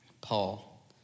Paul